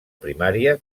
primària